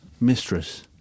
Mistress